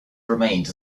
remained